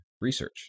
research